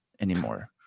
anymore